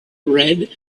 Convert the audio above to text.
red